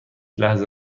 لحظه